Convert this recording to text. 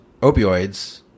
opioids